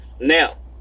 Now